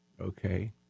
Okay